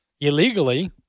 illegally